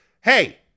Hey